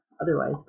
otherwise